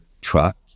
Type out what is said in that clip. truck